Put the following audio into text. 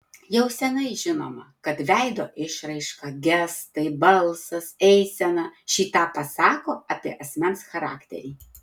jau seniai žinoma kad veido išraiška gestai balsas eisena šį tą pasako apie asmens charakterį